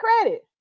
credit